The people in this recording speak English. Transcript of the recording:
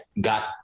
got